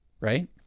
Right